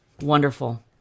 Wonderful